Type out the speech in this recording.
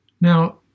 Now